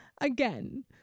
Again